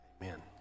Amen